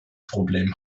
problem